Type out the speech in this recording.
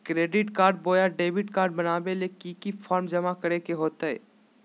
Credit card बोया debit card बनाने ले की की फॉर्म जमा करे होते?